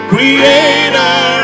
Creator